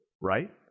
right